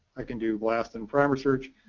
i can do blast and primer search.